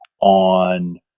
on